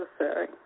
necessary